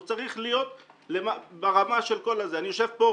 הוא צריך להיות ברמה אני יושב פה,